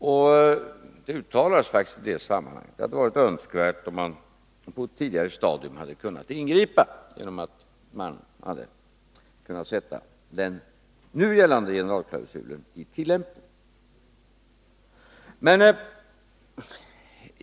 Det uttalades faktiskt i det sammanhanget att det varit önskvärt om man hade kunnat ingripa på ett tidigare stadium, genom att man hade kunnat sätta den nu gällande generalklausulen i tillämpning.